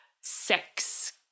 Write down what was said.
sex